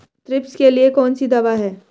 Thrips के लिए कौन सी दवा है?